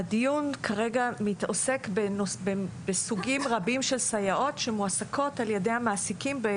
הדיון כרגע עוסק בסוגים רבים של סייעות שמועסקות על ידי המעסיקים.